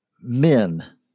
men